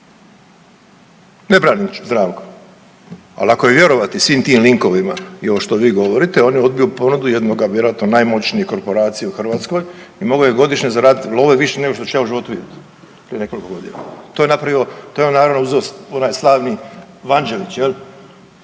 Ne branim Zdravka, al ako je vjerovati svim tim linkovima i ovo što vi govorite, on je odbio ponudu jednoga vjerojatno najmoćnije korporacije u Hrvatskoj i mogao je godišnje zaraditi love više nego što ću ja u životu vidjet, prije nekoliko godina. To je napravio, to je on naravno uzeo onaj slavni Vanđelić jel,